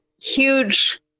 huge